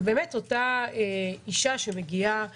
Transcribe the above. אבל באמת אותה אישה שמגיעה